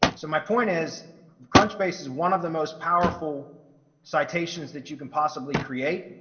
so my point is crunchbase is one of the most powerful citations that you can possibly create.